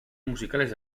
musicales